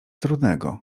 trudnego